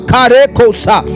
Karekosa